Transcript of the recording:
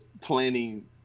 planning